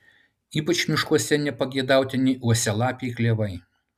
ypač miškuose nepageidautini uosialapiai klevai